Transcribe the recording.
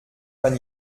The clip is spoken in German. man